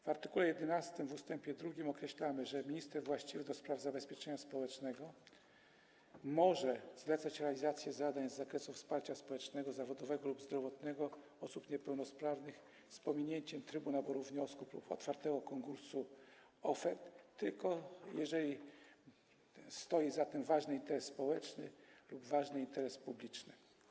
W art. 11 ust. 2 określamy, że minister właściwy do spraw zabezpieczenia społecznego może zlecać realizację zadań z zakresu wsparcia społecznego, zawodowego lub zdrowotnego osób niepełnosprawnych z pominięciem trybu naboru wniosków lub otwartego konkursu ofert tylko wtedy, gdy stoi za tym ważny interes społeczny lub ważny interes publiczny.